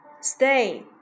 stay